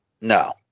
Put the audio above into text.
No